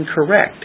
incorrect